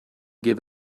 give